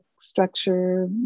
structure